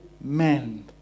men